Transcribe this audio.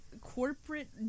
corporate